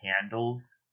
handles